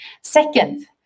Second